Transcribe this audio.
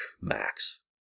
Max